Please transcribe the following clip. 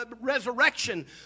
resurrection